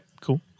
cool